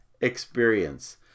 experience